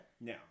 Now